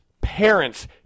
parents